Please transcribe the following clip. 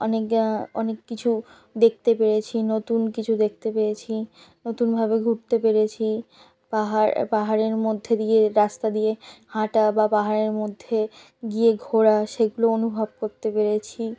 অনেক অনেক কিছু দেখতে পেরেছি নতুন কিছু দেখতে পেয়েছি নতুনভাবে ঘুরতে পেরেছি পাহাড় পাহাড়ের মধ্যে দিয়ে রাস্তা দিয়ে হাঁটা বা পাহাড়ের মধ্যে গিয়ে ঘোরা সেগুলো অনুভব করতে পেরেছি